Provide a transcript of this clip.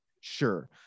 Sure